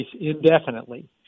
indefinitely